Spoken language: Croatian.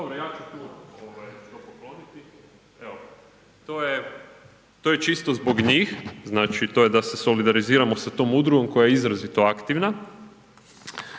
.../Govornik se ne čuje./... to je čisto zbog njih, znači to je da se solidariziramo sa tom udrugom koja je izrazito aktivna.